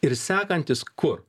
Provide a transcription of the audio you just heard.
ir sekantis kur